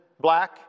black